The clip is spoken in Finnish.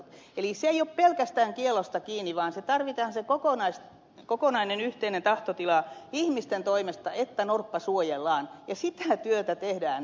eli se ei ole pelkästään kiellosta kiinni vaan tarvitaan se kokonainen yhteinen tahtotila ihmisten toimesta että norppa suojellaan ja sitä työtä tehdään nyt